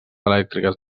elèctriques